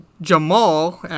Jamal